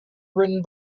written